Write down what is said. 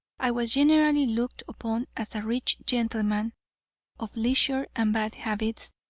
i was generally looked upon as a rich gentleman of leisure and bad habits,